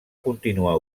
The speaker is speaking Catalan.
continuar